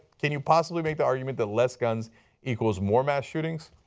can you possibly make the argument that less guns equals more mass shootings?